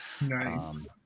nice